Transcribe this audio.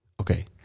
Okay